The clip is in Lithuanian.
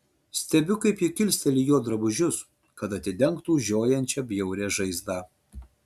stebiu kaip ji kilsteli jo drabužius kad atidengtų žiojančią bjaurią žaizdą